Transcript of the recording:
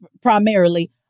primarily